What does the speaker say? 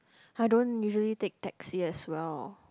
I don't usually take taxi as well